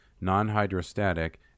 Non-Hydrostatic